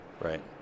right